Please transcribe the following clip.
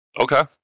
Okay